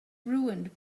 ruined